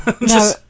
No